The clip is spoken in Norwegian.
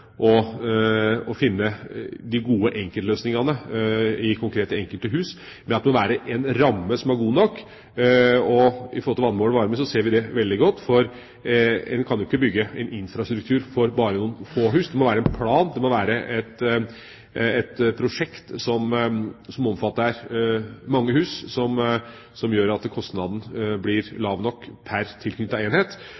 er å finne en balanse som ivaretar behovet for å finne de gode enkeltløsningene i enkelte konkrete hus, ved at det må være en ramme som er god nok. Når det gjelder vannmålere og varme ser vi det veldig godt, for man kan ikke bygge en infrastruktur for bare noe få hus. Det må være en plan og et prosjekt som omfatter mange hus, som gjør at kostnaden blir